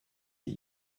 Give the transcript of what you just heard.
sie